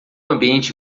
ambiente